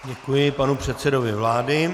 Děkuji panu předsedovi vlády.